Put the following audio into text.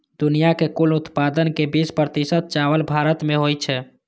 दुनिया के कुल उत्पादन के बीस प्रतिशत चावल भारत मे होइ छै